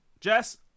Jess